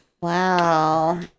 wow